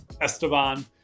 Esteban